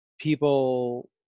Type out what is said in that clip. people